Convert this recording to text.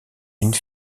une